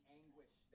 anguish